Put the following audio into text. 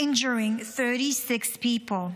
injuring 36 people,